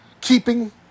keeping